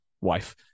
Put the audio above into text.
wife